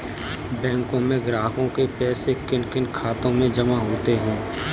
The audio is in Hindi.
बैंकों में ग्राहकों के पैसे किन किन खातों में जमा होते हैं?